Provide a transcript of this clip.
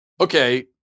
okay